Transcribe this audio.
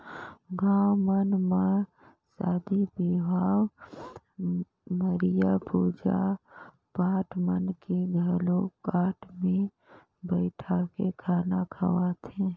गाँव मन म सादी बिहाव, मरिया, पूजा पाठ मन में घलो टाट मे बइठाके खाना खवाथे